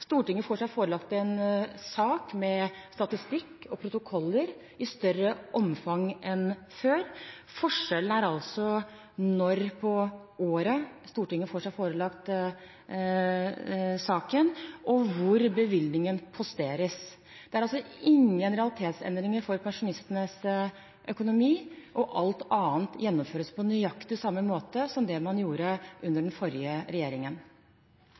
Stortinget får seg forelagt en sak med statistikk og protokoller i større omfang enn før. Forskjellen er altså når på året Stortinget får seg forelagt saken, og hvor bevilgningen posteres. Det er altså ingen realitetsendringer for pensjonistenes økonomi, og alt annet gjennomføres på nøyaktig samme måte som under den forrige regjeringen.